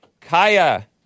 Kaya